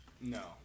No